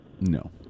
No